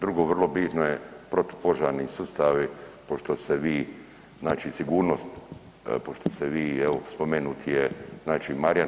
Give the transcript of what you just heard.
Drugo vrlo bitno je protupožarni sustavi pošto ste vi, znači sigurnost, pošto ste vi evo spomenut je Marjan.